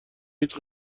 هیچ